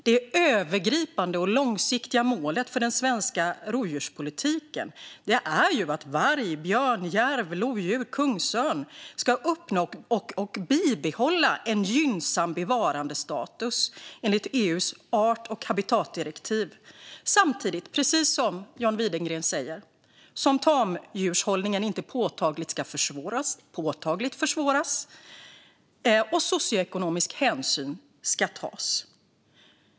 Det övergripande och långsiktiga målet för den svenska rovdjurspolitiken är att varg, björn, järv, lodjur och kungsörn ska uppnå och bibehålla en gynnsam bevarandestatus enligt EU:s art och habitatdirektiv, samtidigt som - precis som John Widegren säger - tamdjurshållningen inte påtagligt ska försvåras och socioekonomisk hänsyn ska tas.